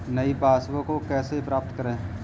नई पासबुक को कैसे प्राप्त करें?